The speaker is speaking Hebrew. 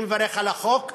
אני מברך על החוק,